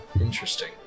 Interesting